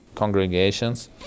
congregations